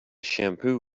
shampoo